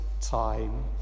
time